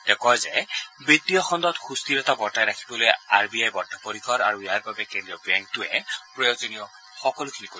তেওঁ কয় যে বিত্তীয় খণ্ডত সুস্থিৰতা বৰ্তাই ৰাখিবলৈ আৰ বি আই বদ্ধপৰিকৰ আৰু ইয়াৰ বাবে কেন্দ্ৰীয় বেংকটোৱে প্ৰয়োজনীয় সকলোখিনি কৰিব